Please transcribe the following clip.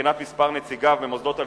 מבחינת מספר נציגיו במוסדות הלשכה,